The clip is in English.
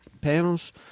panels